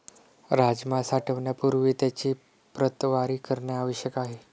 राजमा साठवण्यापूर्वी त्याची प्रतवारी करणे आवश्यक आहे